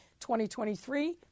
2023